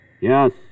Yes